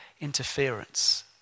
Interference